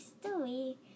story